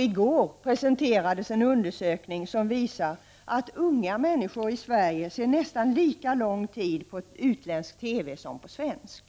I går presenterades dessutom en undersökning som visar att unga människor i Sverige ser nästan lika lång tid på utländsk TV som på svensk.